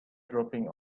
dropping